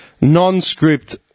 non-script